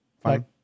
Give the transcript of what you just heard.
Fine